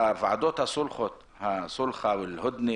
ועדות הסולחה וההודנא